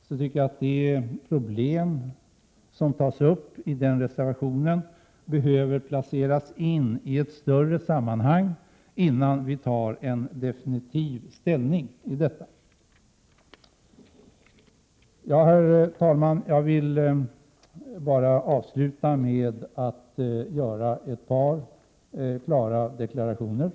Jag tycker att de problem som tas upp i den reservationen behöver placeras in i ett större sammanhang innan vi tar definitiv ställning. Herr talman! Jag vill avsluta med att göra ett par klara deklarationer.